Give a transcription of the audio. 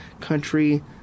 country